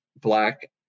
black